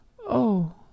Oh